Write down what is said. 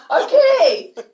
okay